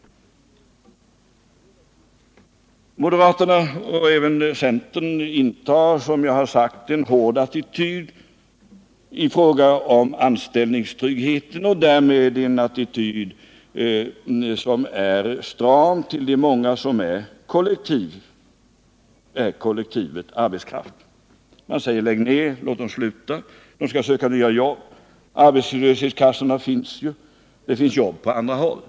Moderaterna och även centern intar, som jag har sagt, en hård attityd i fråga om anställningstryggheten och därmed en attityd som är stram mot de många som är kollektivet arbetskraft. Man säger: Lägg ned! Låt dem sluta! De skall söka nya jobb. Arbetslöshetskassorna finns ju. Det finns jobb på andra håll.